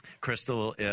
Crystal